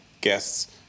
guests